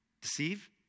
Deceive